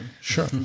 Sure